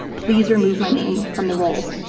please remove my name from the rolls.